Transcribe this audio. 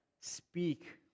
speak